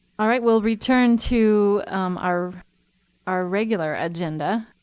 all right. we'll return to our our regular agenda.